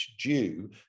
due